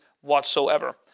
whatsoever